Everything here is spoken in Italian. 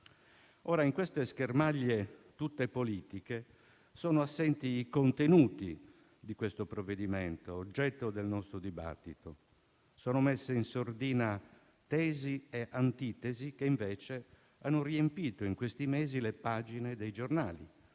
In queste schermaglie tutte politiche sono assenti i contenuti del provvedimento oggetto del nostro dibattito; sono messe in sordina tesi e antitesi che invece hanno riempito in questi mesi le pagine dei giornali,